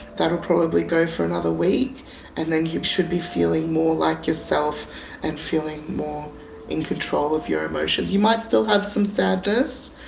that'll probably go for another week and then you should be feeling more like yourself and feeling more in control of your emotions. you might still have some sadness,